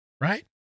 Right